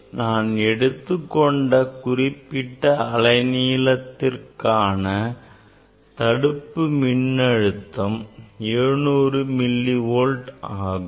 எனவே நாம் எடுத்துக்கொண்ட குறிப்பிட்ட அலைநீளத்திற்கான தடுப்பு மின்னழுத்தம் 700 மில்லி வோல்ட் ஆகும்